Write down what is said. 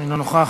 אינו נוכח,